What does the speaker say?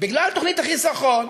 בגלל תוכנית החיסכון,